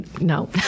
no